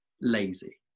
lazy